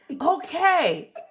okay